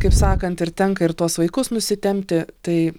kaip sakant ir tenka ir tuos vaikus nusitempti tai